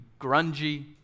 grungy